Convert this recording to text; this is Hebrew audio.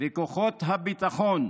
וכוחות הביטחון